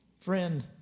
Friend